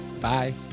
bye